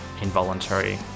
involuntary